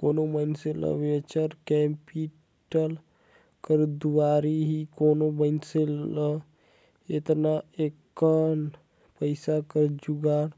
कोनो मइनसे ल वेंचर कैपिटल कर दुवारा ही कोनो मइनसे ल एतना अकन पइसा कर जुगाड़